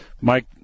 Mike